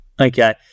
Okay